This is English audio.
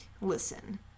listen